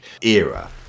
era